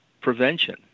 prevention